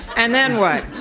and then what?